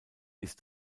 ist